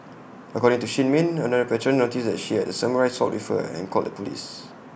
according to shin min another patron noticed that she had A samurai sword with her and called the Police